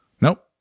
Nope